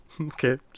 Okay